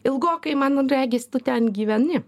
ilgokai man regis tu ten gyveni